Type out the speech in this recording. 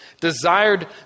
desired